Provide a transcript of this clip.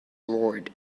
roared